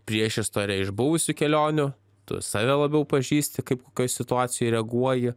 priešistorę iš buvusių kelionių tu save labiau pažįsti kaip kokioj situacijoj reaguoji